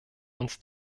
uns